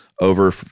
over